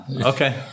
Okay